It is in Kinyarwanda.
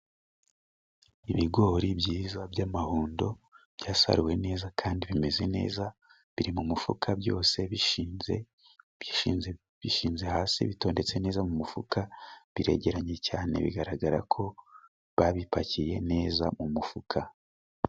Ibigori byiza by'amahundo， byasaruwe neza kandi bimeze neza， biri mu mufuka byose bishinze， byishinze hasi bitondetse neza mu mufuka biregeranye cyane， bigaragara ko babipakiye neza mu mufuka.